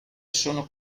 sono